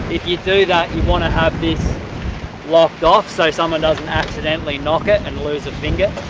if you do that you want to have this locked off so someone doesn't accidentally knock it, and lose a finger.